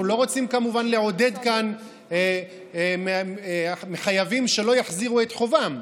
אנחנו לא רוצים כמובן לעודד כאן חייבים שלא יחזירו את חובם,